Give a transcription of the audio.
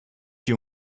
you